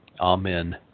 Amen